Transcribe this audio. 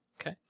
Okay